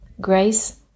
grace